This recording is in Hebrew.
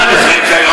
חבר הכנסת מוזס.